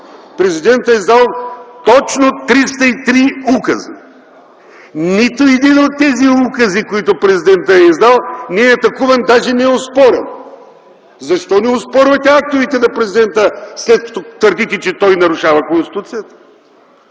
Президентът е издал точно 303 указа. Нито един от тези укази, които Президентът е издал, не е атакуван, даже не е оспорен. Защо не оспорвате актовете на Президента, след като твърдите, че той нарушава Конституцията?!